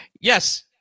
Yes